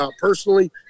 personally